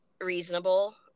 reasonable